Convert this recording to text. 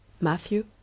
Matthew